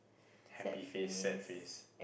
happy face sad face